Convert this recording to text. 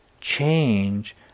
change